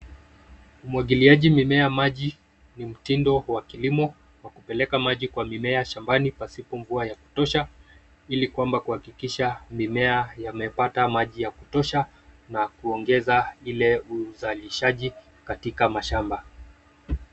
Umwagiliaji mimea maji ni mtindo wa kilimo wa kupeleka maji kwa mimea shambani pasipo mvua ya kutosha, ili kwamba kuhakikisha mimea yamepata maji ya kutosha na kuongeza ile uzalishaji katika mashamba.